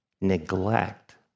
neglect